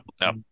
No